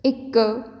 ਇੱਕ